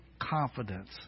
confidence